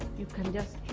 you can just